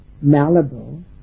malleable